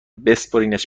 بسپرینش